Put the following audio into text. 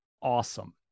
awesome